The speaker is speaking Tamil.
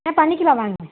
ஆ பண்ணிக்கலாம் வாங்க